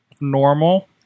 normal